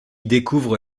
découvre